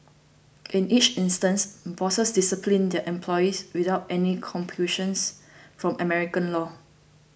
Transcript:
in each instance bosses disciplined their employees without any compulsions from American law